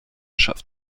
schafft